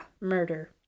murder